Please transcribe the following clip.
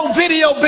video